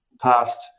past